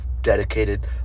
dedicated